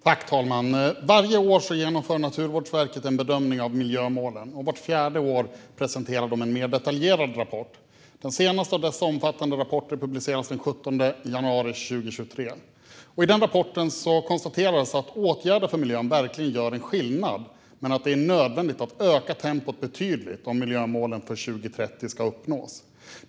Herr talman! Varje år genomför Naturvårdsverket en bedömning av miljömålen, och vart fjärde år presenterar man en mer detaljerad rapport. Den senaste av dessa omfattande rapporter publicerades den 17 januari 2023, och där konstateras att åtgärder för miljön verkligen gör skillnad men att det är nödvändigt att öka tempot betydligt om miljömålen för 2030 ska nås.